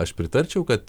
aš pritarčiau kad